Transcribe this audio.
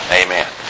amen